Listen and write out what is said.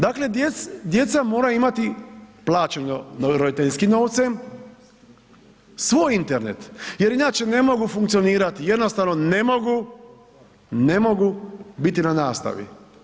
Dakle djeca moraju imati plaćeno roditeljskim novcem svoj Internet jer inače ne mogu funkcionirati, jednostavno ne mogu biti na nastavi.